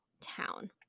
town